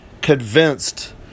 convinced